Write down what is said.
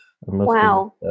Wow